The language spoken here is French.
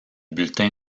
bulletin